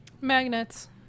magnets